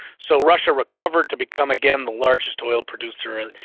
so russia recovered to become again the largest oil producer.